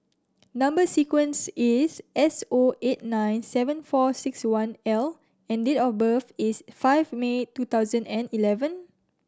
number sequence is S O eight nine seven four six one L and date of birth is five May two thousand and eleven